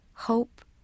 Hope